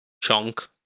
chunk